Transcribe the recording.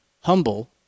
humble